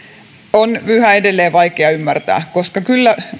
on yhä edelleen vaikea ymmärtää koska kyllä